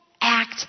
act